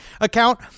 account